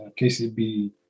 KCB